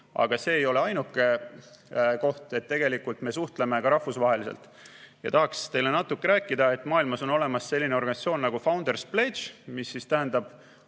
aga see ei ole ainuke koht, tegelikult me suhtleme ka rahvusvaheliselt. Tahaksin teile natuke rääkida, et maailmas on olemas selline organisatsioon nagu Founders Pledge, mis tähendab